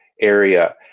area